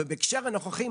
ובהקשר הנוכחי,